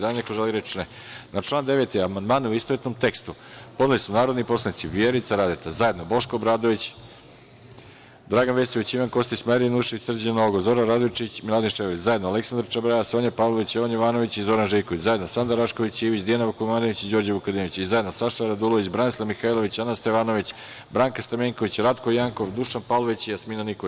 Da li neko želi reč? (Ne.) Na član 9. amandmane, u istovetnom tekstu, podneli su narodni poslanici Vjerica Radeta, zajedno Boško Obradović, Dragan Vesović, Ivan Kostić, Marija Janjušević, Srđan Nogo, Zoran Radojičić i Miladin Ševarlić, zajedno Aleksandra Čabraja, Sonja Pavlović, Jovan Jovanović i Zoran Živković, zajedno, Sanda Rašković Ivić, Dijana Vukomanović i Đorđe Vukadinović i zajedno Saša Radulović, Branislav Mihajlović, Ana Stevanović, Branka Stamenković, Ratko Jankov, Dušan Pavlović i Jasmina Nikolić.